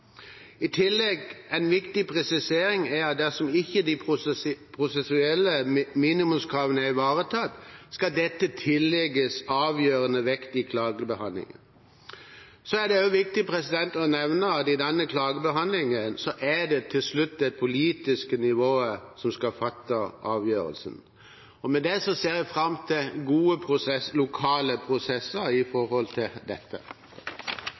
I tillegg er det en viktig presisering at dersom de prosessuelle minimumskravene ikke er ivaretatt, skal dette tillegges avgjørende vekt i klagebehandlingen. Så er det også viktig å nevne at i denne klagebehandlingen er det til slutt det politiske nivået som skal fatte avgjørelsen. Med dette ser jeg fram til gode lokale prosesser med hensyn til dette.